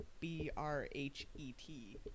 B-R-H-E-T